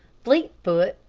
fleetfoot,